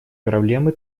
проблемы